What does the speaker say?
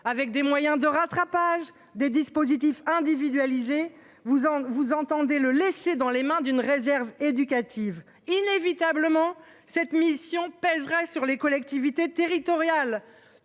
avec des moyens de rattrapage des dispositifs individualisé, vous en, vous entendez le laisser dans les mains d'une réserve éducative inévitablement cette mission pèserait sur les collectivités territoriales,